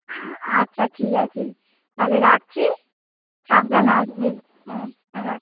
আচ্ছা ঠিক আছে তাহলে রাখছি সাবধানে আসবি হ্যাঁ রাখ